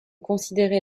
considérer